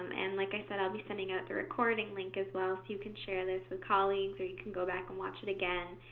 um and, like i said, i'll be sending out the recording link as well, so you can share this with colleagues, or you can go back and watch it again.